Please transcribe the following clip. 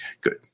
good